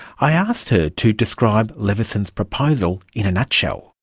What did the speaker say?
i asked her to describe leveson's proposal in a nutshell.